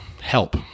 help